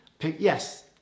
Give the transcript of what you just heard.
Yes